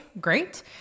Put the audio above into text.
Great